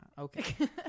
Okay